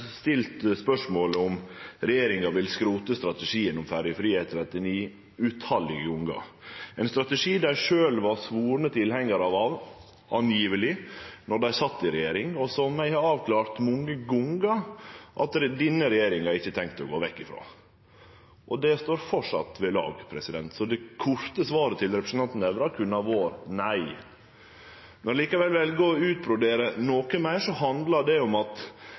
stilt spørsmål om regjeringa vil skrote strategien om ferjefri E39, mange gonger – ein strategi dei sjølve visstnok var svorne tilhengjarar av då dei sat i regjering, og som eg har avklara mange gonger at denne regjeringa ikkje tenkjer å gå vekk ifrå. Strategien står framleis ved lag, så det korte svaret til representanten Nævra kunne ha vore nei. Når eg likevel vel å utbrodere noko meir, handlar det om at